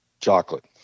Chocolate